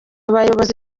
bayobozi